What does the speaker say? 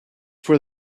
for